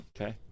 okay